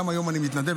גם היום אני מתנדב,